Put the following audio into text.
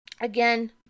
again